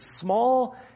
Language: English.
small